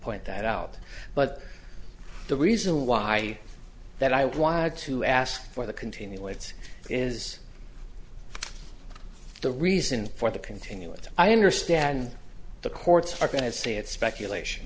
point that out but the reason why that i wanted to ask for the contain the way it is the reason for the continuance i understand the courts are going to say it's speculation